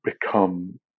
become